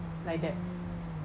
like that